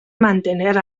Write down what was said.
mantener